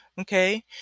Okay